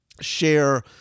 share